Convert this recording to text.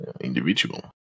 individual